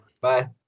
bye